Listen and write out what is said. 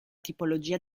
tipologia